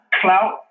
clout